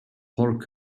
pork